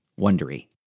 Wondery